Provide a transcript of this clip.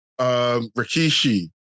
Rikishi